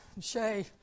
Shay